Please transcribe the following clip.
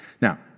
Now